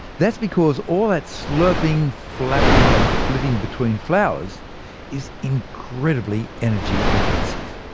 that's because all that slurping, flapping and flitting between flowers is incredibly energy intensive.